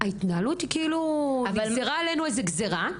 ההתנהלות היא כאילו נגזרה עלינו גזירה,